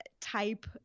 type